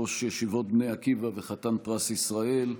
ראש ישיבות בני עקיבא וחתן פרס ישראל.